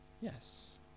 Yes